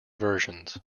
versions